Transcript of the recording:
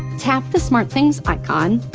tap the smartthings icon.